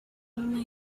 only